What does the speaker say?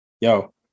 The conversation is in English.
Yo